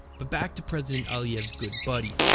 but back to president aliyev's good buddy,